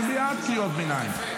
אני בעד קריאות ביניים.